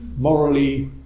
morally